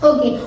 Okay